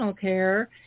care